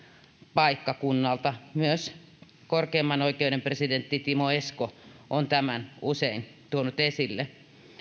paikkakunnalta myös korkeimman oikeuden presidentti timo esko on tämän usein tuonut esille